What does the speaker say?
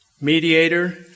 mediator